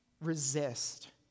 resist